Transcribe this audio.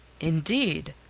indeed!